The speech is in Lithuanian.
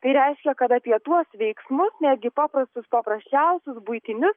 tai reiškia kad apie tuos veiksmus netgi paprastus paprasčiausius buitinius